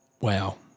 Wow